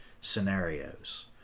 scenarios